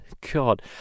god